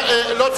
לא,